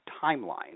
timeline